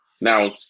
Now